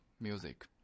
music